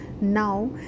Now